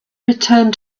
returned